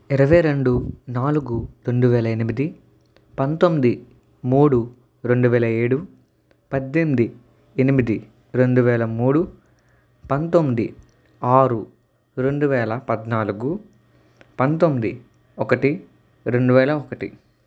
ఇరవై రెండు నాలుగు రెండు వేల ఎనిమిది పంతొమ్మిది మూడు రెండు వేల ఏడు పద్దెనిమిది ఎనిమిది రెండు వేల మూడు పంతొమ్మిది ఆరు రెండు వేల పద్నాలుగు పంతొమ్మిది ఒకటి రెండు వేల ఒకటి